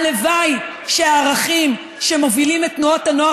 הלוואי שהערכים שמובילים את תנועת הנוער